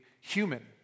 human